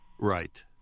Right